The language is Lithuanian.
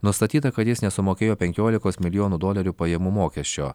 nustatyta kad jis nesumokėjo penkiolikos milijonų dolerių pajamų mokesčio